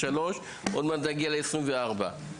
2023 ותכף אנחנו ב-2024 והתקציב עוד לא הועבר.